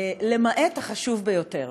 למעט החשוב ביותר.